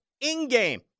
in-game